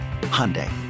Hyundai